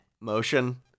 motion